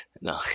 No